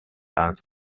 dance